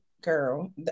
girl